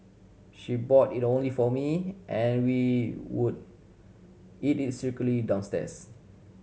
she bought it only for me and we would eat it secretly downstairs